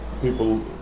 people